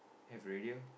have already lor